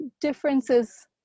differences